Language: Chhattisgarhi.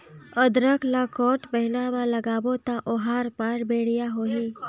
अदरक ला कोन महीना मा लगाबो ता ओहार मान बेडिया होही?